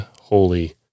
holy